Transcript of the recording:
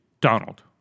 Donald